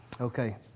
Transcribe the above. Okay